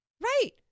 Right